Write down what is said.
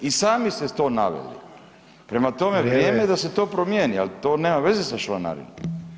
I sami ste to naveli, prema tome vrijeme je da se to promijeni [[Upadica: Vrijeme.]] ali to nema veze sa članarinom.